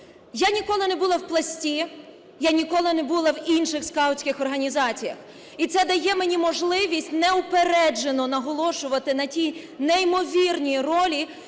Я ніколи не була в Пласті, я ніколи не була в інших скаутських організаціях, і це дає мені можливість неупереджено наголошувати на тій неймовірній ролі,